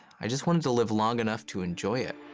i just wanted to live long enough to enjoy it.